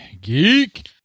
geek